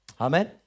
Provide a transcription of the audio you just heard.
Amen